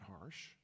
harsh